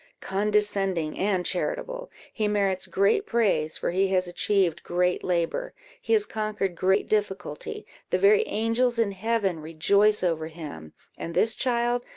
condescending, and charitable, he merits great praise, for he has achieved great labour he has conquered great difficulty the very angels in heaven rejoice over him and this child,